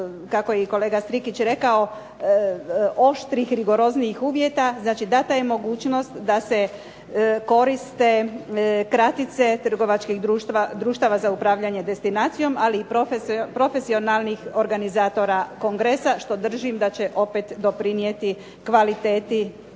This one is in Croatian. kako je i kolega Strikić rekao oštrih, rigoroznijih uvjeta. Znači, dana je mogućnost da se koriste kratice trgovačkih društava za upravljanje destinacijom, ali i profesionalnih organizatora kongresa što držim da će opet doprinijeti kvaliteti